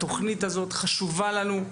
התוכנית הזאת חשובה לנו,